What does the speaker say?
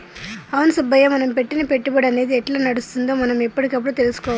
అవును సుబ్బయ్య మనం పెట్టిన పెట్టుబడి అనేది ఎట్లా నడుస్తుందో మనం ఎప్పటికప్పుడు తెలుసుకోవాలి